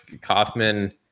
Kaufman